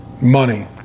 money